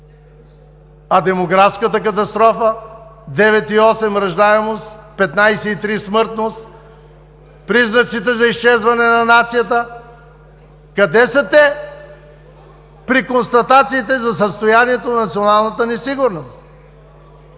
А демографската катастрофа – 9,8 раждаемост, 15,3 смъртност?! Признаците за изчезване на нацията?! Къде са те при констатациите за състоянието на националната ни сигурност?!